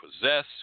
possess